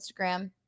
Instagram